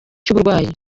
cy’uburwayi